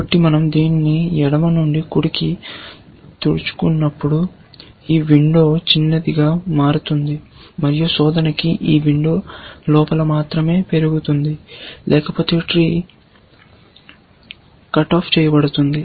కాబట్టి మనం దీన్ని ఎడమ నుండి కుడికి తుడుచుకున్నప్పుడు ఈ విండో చిన్నదిగా మారుతుంది మరియు శోధన ఈ విండో లోపల మాత్రమే పెరుగుతుంది లేకపోతే ట్రీ కట్ ఆఫ్ చేయబడుతుంది